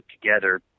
together